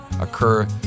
occur